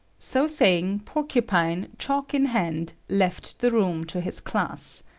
so saying, porcupine, chalk in hand, left the room to his class.